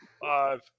five